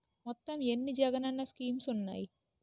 మొత్తం ఎన్ని జగనన్న స్కీమ్స్ ఉన్నాయి?